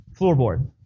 floorboard